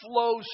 flows